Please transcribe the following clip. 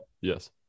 Yes